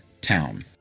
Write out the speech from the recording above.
Town